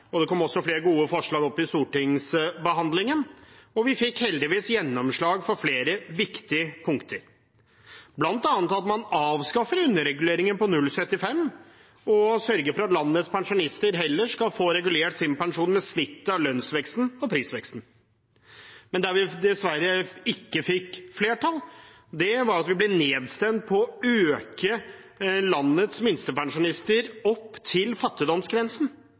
og det kom også flere gode forslag opp i stortingsbehandlingen. Vi fikk heldigvis gjennomslag for flere viktige punkter, bl.a. at man avskaffer underreguleringen på 0,75 og sørger for at landets pensjonister heller skal få regulert sin pensjon med snittet av lønns- og prisveksten. Men der vi dessverre ikke fikk flertall, var da vi ble nedstemt på å løfte landets minstepensjonister opp til fattigdomsgrensen.